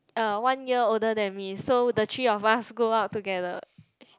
uh one year older than me so the three of us go out together